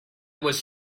was